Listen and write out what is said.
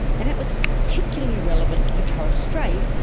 and that was particularly relevant for torres strait,